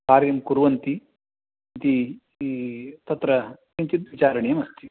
कार्यं कुर्वन्ति इति तत्र किञ्चिद् विचारणीयमस्ति